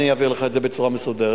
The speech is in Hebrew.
ואני אעביר לך את זה בצורה מסודרת.